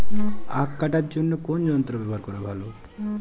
আঁখ কাটার জন্য কোন যন্ত্র ব্যাবহার করা ভালো?